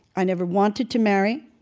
i never wanted to marry.